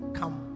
come